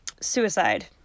suicide